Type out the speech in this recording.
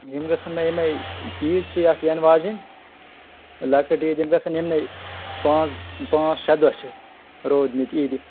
یِم گژھَن مےٚ یِمَے عیٖد چھِ یَتھ یِنہٕ واجیٚنۍ لۅکٕٹۍ عیٖد یِم گژھَن یِمنٕے پانٛژھ پانٛژھ شےٚ دۄہ چھِ روٗدۍمٕتۍ عیٖدِ